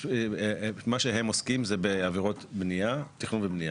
מה שהם עוסקים זה בעבירות בנייה, תכנון ובנייה.